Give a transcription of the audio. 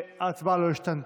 ההצבעה לא השתנתה.